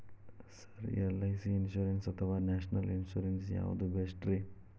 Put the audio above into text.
Sir LIC insurance ಅಥವಾ national insurance ಯಾವುದು ಬೆಸ್ಟ್ರಿ?